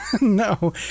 No